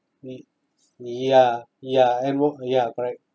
we ya ya and work ya correct